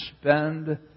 spend